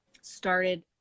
started